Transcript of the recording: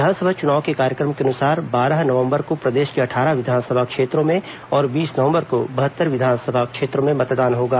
विधानसभा चुनाव के कार्यक्रम के अनुसार बारह नवम्बर को प्रदेश के अट्ठारह विधानसभा क्षेत्रों में और बीस नवम्बर को बहत्तर विधानसभा क्षेत्रों में मतदान होगा